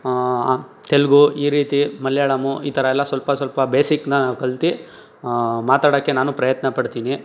ತೆಲುಗು ಈ ರೀತಿ ಮಲ್ಯಾಳಮ್ ಈ ಥರ ಎಲ್ಲ ಸ್ವಲ್ಪ ಸ್ವಲ್ಪ ಬೇಸಿಕ್ನ ನಾವು ಕಲ್ತು ಮಾತಾಡೋಕೆ ನಾನು ಪ್ರಯತ್ನಪಡ್ತೀನಿ